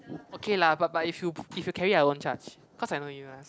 okay lah but but if you if you carry I won't charge cause I know you ah